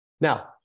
Now